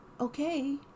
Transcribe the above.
okay